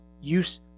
use